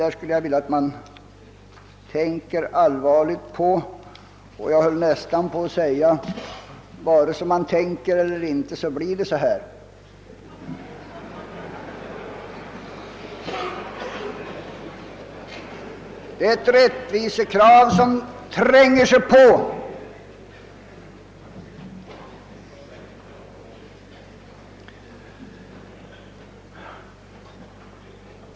Jag skulle vilja att man tänker allvarligt på detta, och jag höll nästan på att säga: Vare sig man tänker eller inte, blir det så här. Det är ett rättvisekrav som tränger sig på.